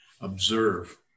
observe